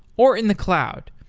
or in the cloud.